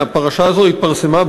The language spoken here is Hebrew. הפרשה הזאת התפרסמה,